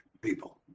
people